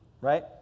Right